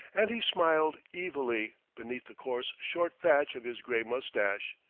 and he smiled evilly beneath the coarse short thatch of his gray mustache.